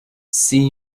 see